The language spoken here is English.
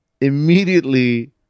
immediately